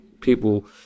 People